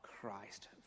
Christ